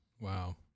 Wow